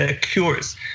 cures